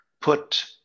put